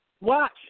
Watch